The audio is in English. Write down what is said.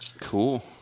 Cool